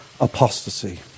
apostasy